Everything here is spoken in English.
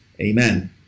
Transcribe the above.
Amen